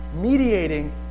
mediating